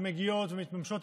מגיעות ומתממשות,